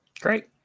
Great